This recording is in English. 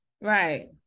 Right